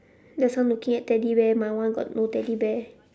there's someone looking at teddy bear my one got no teddy bear